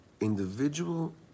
individual